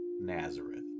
Nazareth